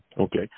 Okay